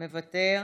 מוותר.